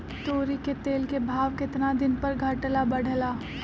तोरी के तेल के भाव केतना दिन पर घटे ला बढ़े ला?